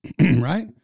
right